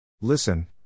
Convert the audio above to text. Listen